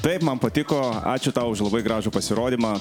taip man patiko ačiū tau už labai gražų pasirodymą